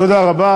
תודה רבה.